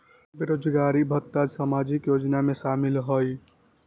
बेरोजगारी भत्ता सामाजिक योजना में शामिल ह ई?